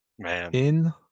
man